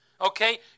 okay